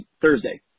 Thursday